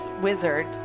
wizard